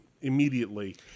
immediately